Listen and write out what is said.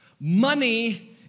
Money